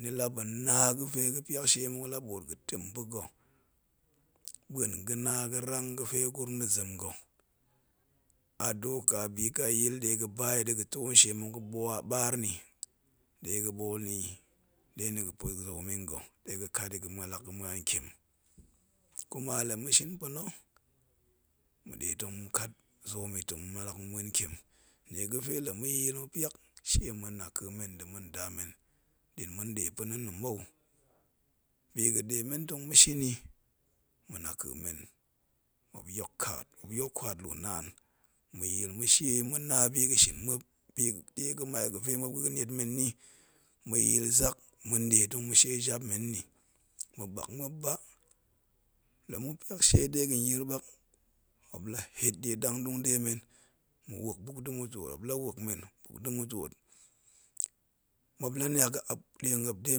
Ni la ba̱na ga̱fe ga̱ pyak shie muk la ɓoot ga̱tem pa̱ga̱ ɓuen ga̱na ga̱rang ga̱fe gurum nna̱ zem ga̱, a doka bisikayil ɗega̱ ba yi da̱ga̱ too nshie muk ga̱ɓaar ni ɗega̱ ɓool ni yi, ɗeni ga̱pa̱ zoom yi nga̱ ɗe ga̱ kat yi ga̱ mallak ga̱ muan ntiem, kuma la ma̱shin pa̱na̱, ma̱ɗe tong ma̱kat zoom yi ma̱mallak ma̱ muen ntiem nnie ga̱fe la ma̱ya̱a̱l ma̱pyak shie ma̱naka̱a̱ men nda̱ ma̱nda men ɗin ma̱nɗe pa̱nna̱ mou, bi ga̱ɗe men tong ma̱shi n yi ma̱naka̱a̱ men muop yok ƙaaf muop yok kwaat lunaan, ma̱ya̱a̱l ma̱shie ma̱na bi ga̱ shinmuop bi ɗie ga̱mai, ga̱fe muop ga̱ga̱ niet men nni, ma̱ya̱a̱l zak ma̱nt ɗe tong ma̱shie jap men yinn, maɓak muop ba, la ma̱pyak shie dega̱n yir ɓak, muop la het die dangdung de men, ma̱wok buk da ma̱twoot muop la wok men buk da̱ ma̱twoot, muop la niak ga̱ ap die muop de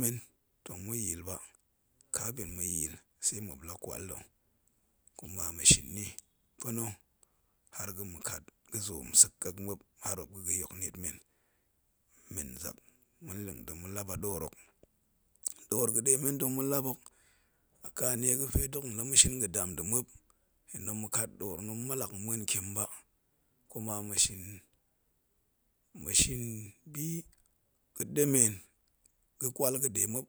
men, tong ma̱yaal ba, katin ma̱ya̱a̱l, tse muop la kwal ta̱ kuma ma̱shin ni pa̱na̱ har ga ma̱kat ga̱zoom kek muop har muop ga̱ geyok niet men, men zak ma̱nleng tong ma̱lap a ɗoor hok, ɗoor ga̱ɗe men tong malap hok, aka nie ga̱fe dok la ma̱shin ga̱nian nda̱ muop ɗin tong makat ɗoor din tong ma̱ mallak muen ntiem ba, kuma ma̱shin ma̱shin biga̱ɗemen ga̱kwal ga̱ɗe muop